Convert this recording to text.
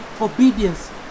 obedience